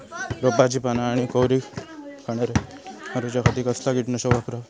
रोपाची पाना आनी कोवरी खाणाऱ्या किडीक मारूच्या खाती कसला किटकनाशक वापरावे?